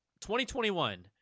2021